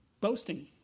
boasting